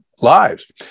lives